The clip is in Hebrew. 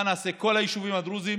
מה נעשה, כל היישובים הדרוזיים